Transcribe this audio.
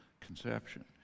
conception